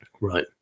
right